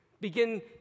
begin